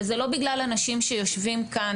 וזה לא בגלל אנשים שיושבים כאן,